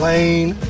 Lane